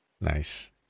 Nice